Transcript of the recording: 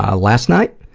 ah last night,